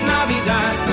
Navidad